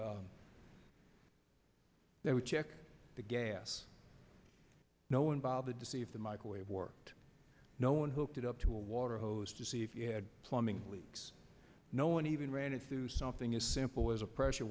would they would check the gas no one bothered to see if the microwave worked no one hooked it up to a water hose to see if you had plumbing leaks no one even ran it through something as simple as a pressure